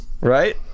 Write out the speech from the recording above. Right